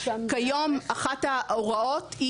כיום אחת ההוראות,